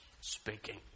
speaking